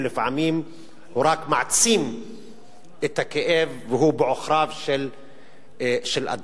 ולפעמים הוא רק מעצים את הכאב והוא בעוכריו של אדם.